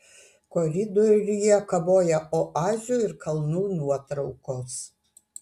koridoriuje kabojo oazių ir kalnų nuotraukos